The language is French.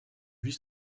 vis